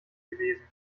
gewesen